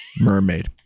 mermaid